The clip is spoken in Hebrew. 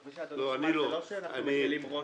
כפי שאדוני שמע, זה לא שאנחנו מקלים ראש.